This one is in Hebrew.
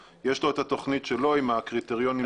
יש לו את התוכנית שלו עם הקריטריונים שלו לנושא הזה.